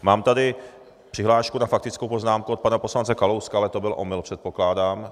Mám tady přihlášku na faktickou poznámku od pana poslance Kalouska, ale to byl omyl, předpokládám?